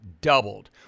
doubled